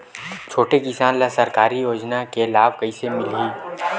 छोटे किसान ला सरकारी योजना के लाभ कइसे मिलही?